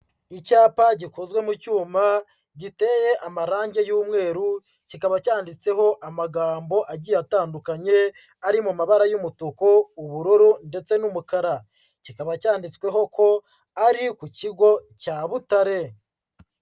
Icyapa gikozwe mu cyuma giteye amarange y'umweru, kikaba cyanditseho amagambo agiye atandukanye ari mu mabara y'umutuku, ubururu ndetse n'umukara, kikaba cyanditsweho ko ari ku kigo cya Butare.